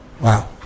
Wow